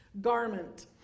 garment